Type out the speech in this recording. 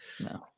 no